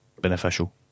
beneficial